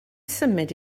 symud